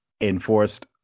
enforced